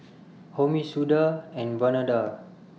Homi Suda and Vandana